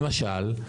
למשל,